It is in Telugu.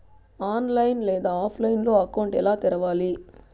ఆన్లైన్ లేదా ఆఫ్లైన్లో అకౌంట్ ఎలా తెరవాలి